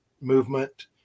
movement